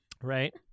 Right